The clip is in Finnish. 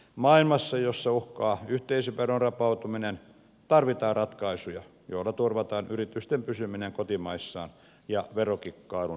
maailmassa jossa uhkaa yhteisöveron rapautuminen tarvitaan ratkaisuja joilla turvataan yritysten pysyminen kotimaissaan ja verokikkailun lopettaminen